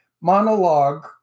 monologue